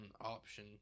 option